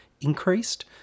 increased